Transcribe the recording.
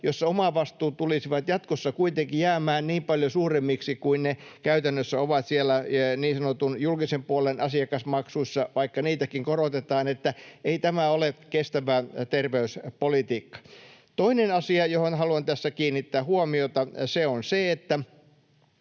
jossa omavastuut tulisivat jatkossa kuitenkin jäämään niin paljon suuremmiksi kuin ne käytännössä ovat siellä niin sanotun julkisen puolen asiakasmaksuissa, vaikka niitäkin korotetaan. Että ei tämä ole kestävää terveyspolitiikkaa. Toinen asia, johon haluan tässä kiinnittää huomiota, on se, että